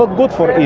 ah good for